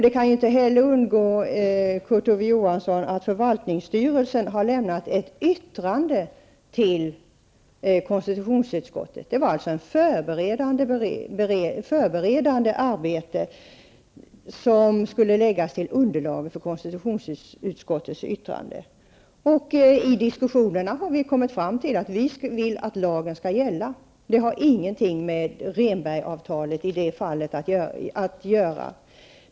Det kan inte heller ha undgått Kurt Ove Johansson att förvaltningsstyrelsen har lämnat ett yttrande till konstitutionsutskottet. Det var ett förberedande arbete som skulle ligga till grund för konstitutionsutskottets yttrande. I diskussionerna har vi kommit fram till att vi vill att lagen skall gälla. Det har i det fallet ingenting med Rehnbergsavtalet att göra.